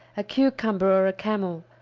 a cucumber or a camel,